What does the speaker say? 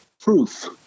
proof